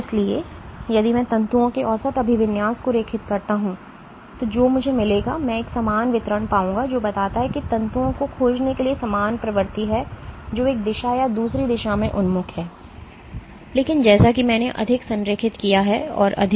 इसलिए यदि मैं तंतुओं के औसत अभिविन्यास को रेखित करता हूं जो मुझे मिलेगा मैं एक समान वितरण पाऊंगा जो बताता है कि तंतुओं को खोजने के लिए समान प्रवृत्ति है जो एक दिशा या दूसरी दिशा में उन्मुख हैं लेकिन जैसा कि मैंने अधिक संरेखित किया है और अधिक